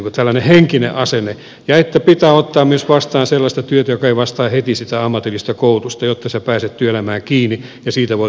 tällainen henkinen asenne ja pitää ottaa myös vastaan sellaista työtä joka ei vastaa heti sitä ammatillista koulutusta jotta sinä pääset työelämään kiinni ja siitä voit ponnistaa sitten työelämään